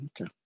Okay